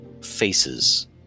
faces